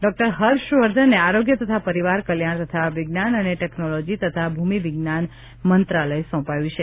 doctor હર્ષવર્ધનને આરોગ્ય તથા પરિવાર કલ્યાણ તથા વિજ્ઞાન અને ટેકનોલોજી તથા ભૂમિ વિજ્ઞાન મંત્રાલય સોંપાયું છે